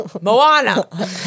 Moana